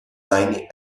tiny